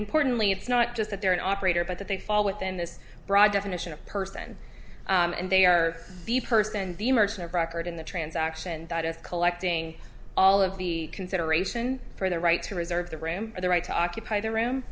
importantly it's not just that they're an operator but that they fall within this broad definition of person and they are the person and the merchant of record in the transaction just collecting all of the consideration for the right to reserve the room for the right to occupy the room